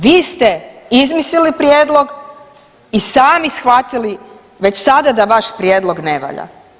Vi ste izmislili prijedlog i sami shvatili već sada da vaš prijedlog ne valja.